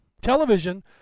Television